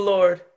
Lord